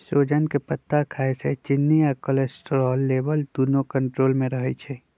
सोजन के पत्ता खाए से चिन्नी आ कोलेस्ट्रोल लेवल दुन्नो कन्ट्रोल मे रहई छई